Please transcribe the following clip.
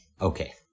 Okay